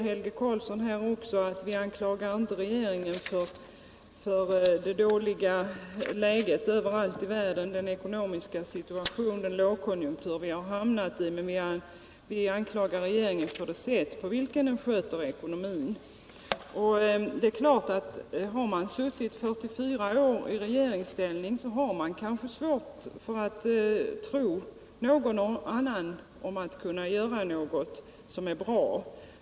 Helge Karlsson säger också att man inte anklagar regeringen för det dåliga läget överallt i världen, den ekonomiska situationen, lågkonjunkturen vi har hamnat im.m., men man anklagar regeringen för det sätt på vilket den sköter ekonomin. Har man suttit 44 år i regeringsställning är det kanske svårt att tro någon om att kunna göra något som är bra.